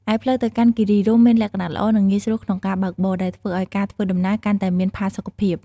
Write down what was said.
ឯផ្លូវទៅកាន់គិរីរម្យមានលក្ខណៈល្អ និងងាយស្រួលក្នុងការបើកបរ ដែលធ្វើឲ្យការធ្វើដំណើរកាន់តែមានផាសុកភាព។